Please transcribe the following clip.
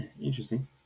interesting